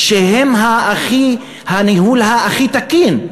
שהן הניהול הכי תקין.